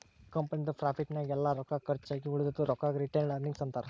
ಕಂಪನಿದು ಪ್ರಾಫಿಟ್ ನಾಗ್ ಎಲ್ಲಾ ರೊಕ್ಕಾ ಕರ್ಚ್ ಆಗಿ ಉಳದಿದು ರೊಕ್ಕಾಗ ರಿಟೈನ್ಡ್ ಅರ್ನಿಂಗ್ಸ್ ಅಂತಾರ